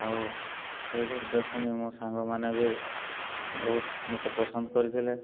ଆଉ ସେଇ ଗଦ୍ୟ ଶୁଣି ମୋ ସାଙ୍ଗମାନେ ବି ବହୁତ ମୋତେ ପସନ୍ଦ କରିଥିଲେ